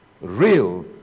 Real